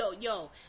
yo